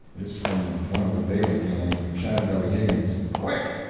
this from one of the daly gang, shadbelly higgins. quick!